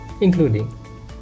including